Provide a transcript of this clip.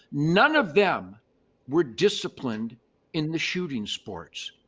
none of them were disciplined in the shooting sports.